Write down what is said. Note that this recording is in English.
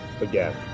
again